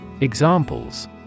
Examples